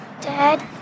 Dad